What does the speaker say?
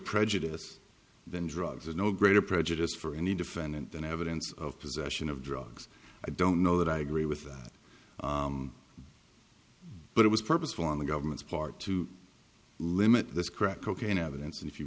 prejudice than drugs no greater prejudice for any defendant than evidence of possession of drugs i don't know that i agree with that but it was purposeful on the government's part to limit this crack cocaine evidence and if you